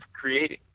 creating